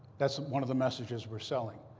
that's one of the messages we're selling.